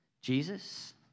Jesus